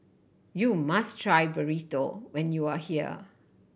you must try Burrito when you are here